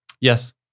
Yes